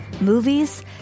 movies